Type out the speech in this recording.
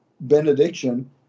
benediction